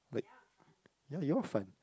like yeah you are fun